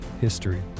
history